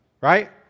Right